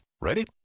Ready